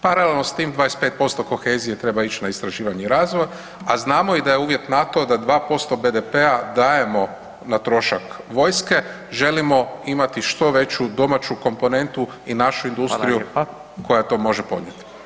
Paralelno s tim, 25% kohezije treba ić na istraživanje i razvoj a znamo da je i uvjet NATO-a da 2% BDP-a dajemo na trošak vojske, želimo imati što veću domaću komponentu i našu industriju koja to može podnijeti.